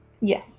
Yes